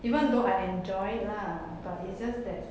even though I enjoy it lah but it's just that